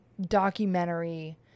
documentary